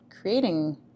creating